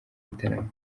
gitaramo